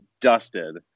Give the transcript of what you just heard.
dusted